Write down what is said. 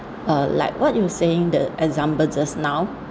uh like what you saying the example just now